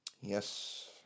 Yes